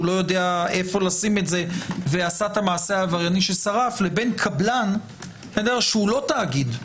לא יודע איפה לשים ועשה את המעשה העברייני ששרף לבין קבלן שהוא לא תאגיד,